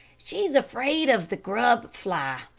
she's afraid of the grub fly.